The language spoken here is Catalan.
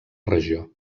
regió